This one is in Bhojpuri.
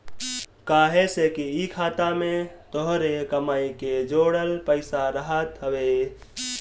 काहे से कि इ खाता में तोहरे कमाई के जोड़ल पईसा रहत हवे